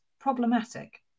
problematic